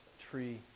tree